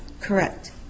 correct